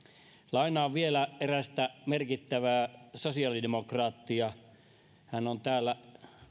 lainaan vielä erästä merkittävää sosiaalidemokraattia hän on täällä